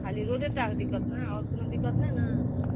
खाली रोडे टाके दिक्कत ने आओर कोनो दिक्कत नहि ने